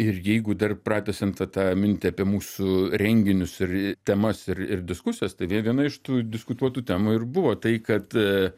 ir jeigu dar pratęsiant va tą mintį apie mūsų renginius ir temas ir ir diskusijas tai vie viena iš tų diskutuotų temų ir buvo tai kad